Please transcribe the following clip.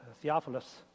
Theophilus